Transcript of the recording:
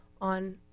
on